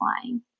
flying